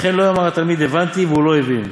וכן לא יאמר התלמיד: הבנתי, והוא לא הבין,